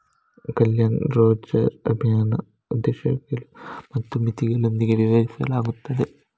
ಕಲ್ಯಾಣ್ ರೋಜ್ಗರ್ ಅಭಿಯಾನದ ಉದ್ದೇಶಗಳು ಮತ್ತು ಮಿತಿಗಳೊಂದಿಗೆ ವ್ಯವಹರಿಸುತ್ತದೆ